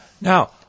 Now